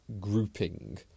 grouping